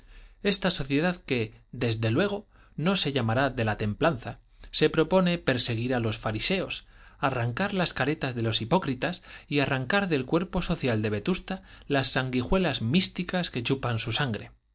esta sociedad que desde luego no se llamará de la templanza se propone perseguir a los fariseos arrancar las caretas de los hipócritas y arrancar del cuerpo social de vetusta las sanguijuelas místicas que chupan su sangre